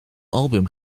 album